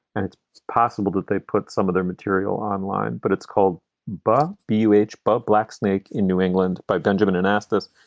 and it's possible that they put some of their material online but it's called bar b, which bub black snake in new england by benjamin and asked us.